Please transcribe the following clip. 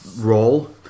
role